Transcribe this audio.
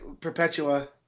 Perpetua